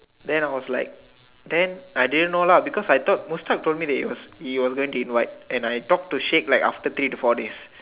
then I was like then I didn't know lah because I thought Mustak told me that he was he was going to invite and I talk to shake like after three to four days